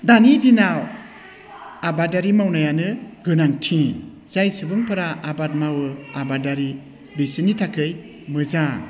दानि दिनाव आबादारि मावनायानो गोनांथि जाय सुबुंफोरा आबाद मावो आबादारि बिसोरनि थाखाय मोजां